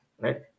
right